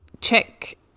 check